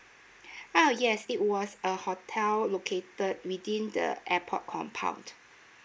ah yes it was a hotel located within the airport compound